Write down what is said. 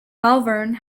malvern